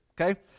okay